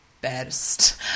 best